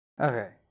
Okay